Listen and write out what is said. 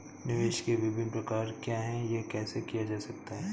निवेश के विभिन्न प्रकार क्या हैं यह कैसे किया जा सकता है?